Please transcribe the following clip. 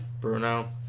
Bruno